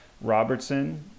Robertson